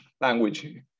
language